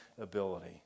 ability